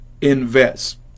invest